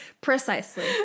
Precisely